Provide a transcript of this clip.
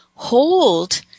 hold